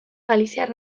galiziar